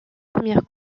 premières